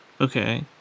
Okay